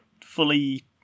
fully